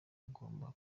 ugomba